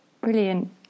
brilliant